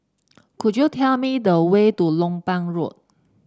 could you tell me the way to Lompang Road